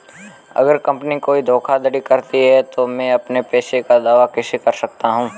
अगर कंपनी कोई धोखाधड़ी करती है तो मैं अपने पैसे का दावा कैसे कर सकता हूं?